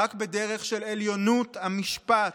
"רק בדרך של 'עליונות המשפט',